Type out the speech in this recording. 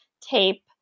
tape